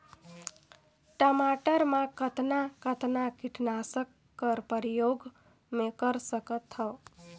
टमाटर म कतना कतना कीटनाशक कर प्रयोग मै कर सकथव?